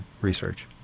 research